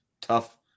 tough